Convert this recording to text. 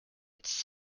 its